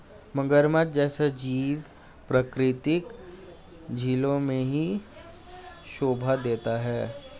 मगरमच्छ जैसा जीव प्राकृतिक झीलों में ही शोभा देता है